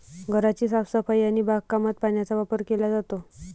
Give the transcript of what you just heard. घराची साफसफाई आणि बागकामात पाण्याचा वापर केला जातो